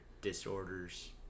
disorders